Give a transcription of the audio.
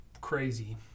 crazy